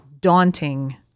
daunting